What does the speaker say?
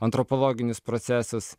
antropologinius procesus